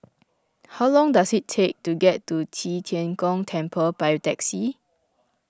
how long does it take to get to Qi Tian Gong Temple by taxi